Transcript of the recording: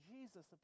Jesus